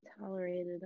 tolerated